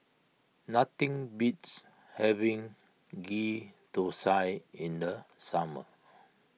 nothing beats having Ghee Thosai in the summer